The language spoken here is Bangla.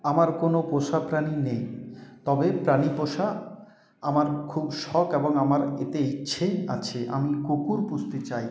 আমার কোন পোষা প্রাণী নেই তবে প্রাণী পোষা আমার খুব শখ এবং আমার এতে ইচ্ছে আছে আমি কুকুর পুষতে চাই